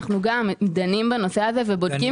אנחנו גם דנים בנושא הזה ובודקים.